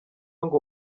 ngo